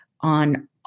on